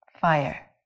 fire